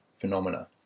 phenomena